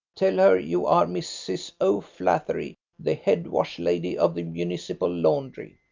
tell her you are mrs. o'flaherty, the head wash-lady of the municipal laundry.